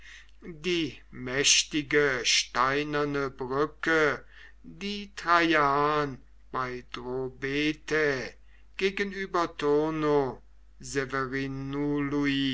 die mächtige steinerne brücke die traian bei drobetae gegenüber turnu